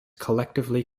collectively